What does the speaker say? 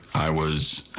i was